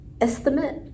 estimate